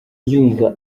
yumva